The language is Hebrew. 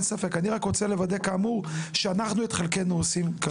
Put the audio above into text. אני רק רוצה לוודא שאנחנו את חלקנו עושים.